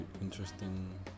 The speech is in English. interesting